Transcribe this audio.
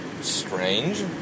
strange